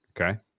Okay